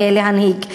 להנהיג.